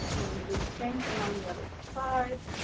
i'm gonna gonna do the same thing on the the other side.